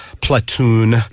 Platoon